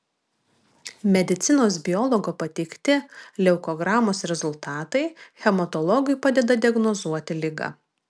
medicinos biologo pateikti leukogramos rezultatai hematologui padeda diagnozuoti ligą